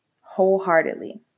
wholeheartedly